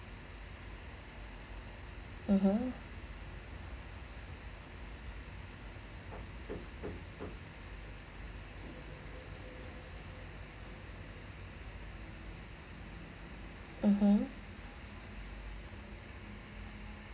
(uh huh) (uh huh)